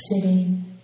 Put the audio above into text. sitting